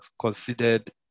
considered